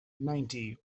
ninety